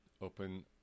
open